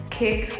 kick